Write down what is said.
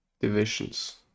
Divisions